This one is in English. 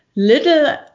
Little